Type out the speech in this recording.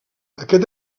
aquest